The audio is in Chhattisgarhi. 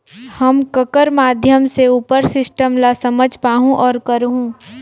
हम ककर माध्यम से उपर सिस्टम ला समझ पाहुं और करहूं?